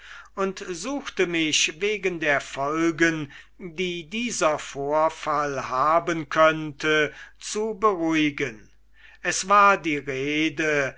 und suchte mich wegen der folgen die dieser vorfall haben könnte zu beruhigen es war die rede